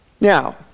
Now